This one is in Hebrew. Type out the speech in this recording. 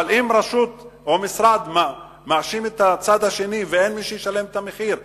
אבל אם רשות או משרד מאשימים את הצד השני ואין מי שישלם את המחיר,